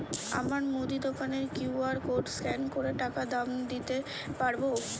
আমার মুদি দোকানের কিউ.আর কোড স্ক্যান করে টাকা দাম দিতে পারব?